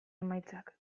emaitzak